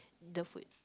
the food